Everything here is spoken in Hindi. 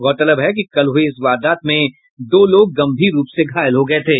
गौरतलब है कि कल हुई इस वारदात में दो लोग गंभीर रूप से घायल हो गये थे